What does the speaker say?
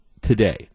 today